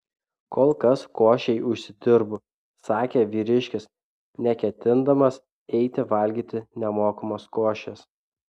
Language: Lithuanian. kol kas košei užsidirbu sakė vyriškis neketindamas eiti valgyti nemokamos košės